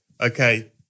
Okay